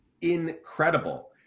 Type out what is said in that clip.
incredible